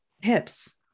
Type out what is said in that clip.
hips